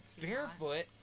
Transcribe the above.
barefoot